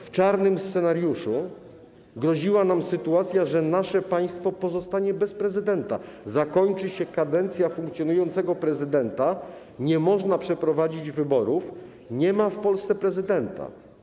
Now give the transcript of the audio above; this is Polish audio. W czarnym scenariuszu groziła nam sytuacja, że nasze państwo pozostanie bez prezydenta: zakończy się kadencja funkcjonującego prezydenta, nie można przeprowadzić wyborów - nie ma w Polsce prezydenta.